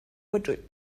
وجود